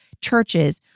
churches